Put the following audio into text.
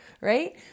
right